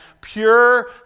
pure